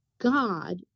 God